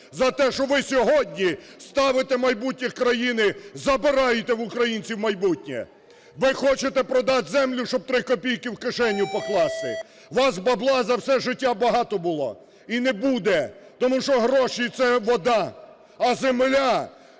за те, що ви сьогодні ставите майбутнє країни, забираєте в українців майбутнє! Ви хочете продати землю, щоб 3 копійки в кишеню покласти. У вас "бабла" за все життя багато було, і не буде, тому що гроші - це вода. А земля,